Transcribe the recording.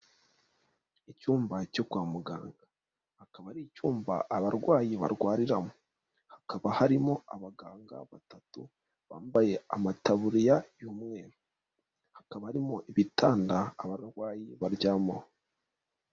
Icyumba cyo kwa muganga akaba ari icyumba abarwayi barwariramo hakaba harimo abaganga batatu bambaye amataburiya y'umweru, hakaba harimo ibitanda abarwayi baryamaho.